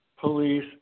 police